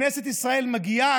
כנסת ישראל מגיעה,